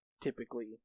typically